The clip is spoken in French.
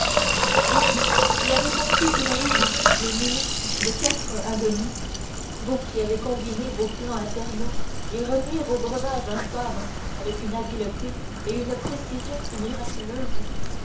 vous qui avez compté une à une les minutes de quatre agonies vous qui avez combiné vos plans infernaux et remué vos breuvages infâmes avec une habileté et une précision si miraculeuses